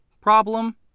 problem